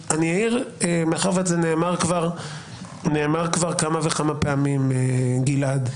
מאחר שזה נאמר כבר כמה וכמה פעמים, גלעד,